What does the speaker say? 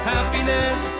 Happiness